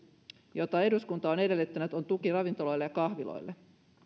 jota eduskunta on edellyttänyt on tuki ravintoloille ja kahviloille